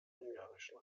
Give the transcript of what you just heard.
ungarischen